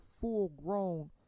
full-grown